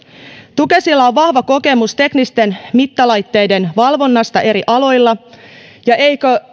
tukesilla on vahva kokemus teknisten mittalaitteiden valvonnasta eri aloilla eikö